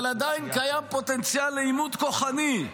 אבל עדיין קיים פוטנציאל לעימות כוחני.